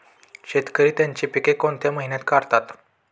शेतकरी त्यांची पीके कोणत्या महिन्यात काढतात?